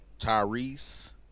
Tyrese